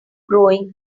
growing